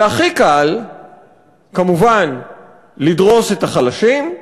והכי קל כמובן לדרוס את החלשים,